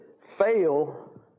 fail